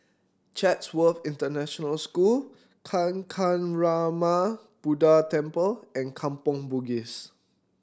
Chatsworth International School Kancanarama Buddha Temple and Kampong Bugis